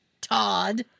Todd